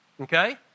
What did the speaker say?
Okay